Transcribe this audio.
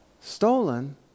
stolen